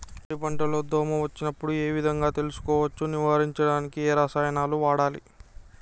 వరి పంట లో దోమ వచ్చినప్పుడు ఏ విధంగా తెలుసుకోవచ్చు? నివారించడానికి ఏ రసాయనాలు వాడాలి?